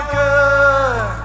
good